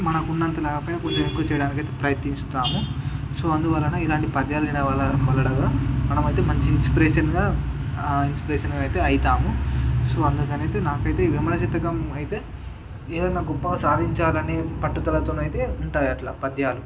మనకున్నంత లేకపోయిన కొంచం ఎక్కువ చేయడానికైతే ప్రయత్నిస్తాము సో అందువలన ఇలాంటి పద్యాలు వినేవాళ్ళ వలడం వల్ల మనమైతే మంచి ఇన్స్పిరేషన్గా ఇన్స్పిరేషన్గా అయితే అవుతాము సో అందుకనైతే నాకైతే వేమన శతకం అయితే ఏదన్నా గొప్ప సాధించాలనే పట్టుదలతో నైతే ఉంటాయి అట్ల పద్యాలు